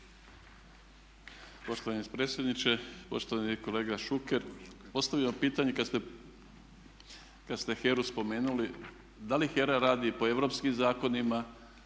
Poštovani predsjedniče, poštovani kolega Šuker. Ostaje pitanje kad ste HERA-u spomenuli da li HERA radi po europskim zakonima